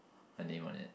her name on it